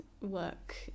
work